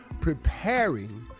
preparing